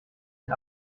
den